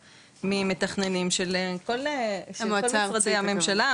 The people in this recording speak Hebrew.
זה מורכב ממתכננים של כל משרדי הממשלה,